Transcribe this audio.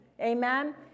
Amen